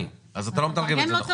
אז אתה מתרגם לא נכון.